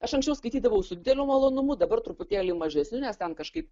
aš anksčiau skaitydavau su dideliu malonumu dabar truputėlį mažesniu nes ten kažkaip